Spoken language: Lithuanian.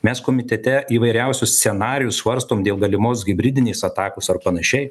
mes komitete įvairiausius scenarijus svarstom dėl galimos hibridinės atakos ar panašiai